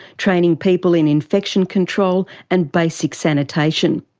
training people in infection control and basic sanitation.